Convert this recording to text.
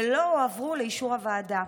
והן לא הועברו לאישור הוועדה.